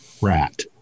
rat